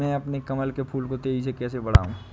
मैं अपने कमल के फूल को तेजी से कैसे बढाऊं?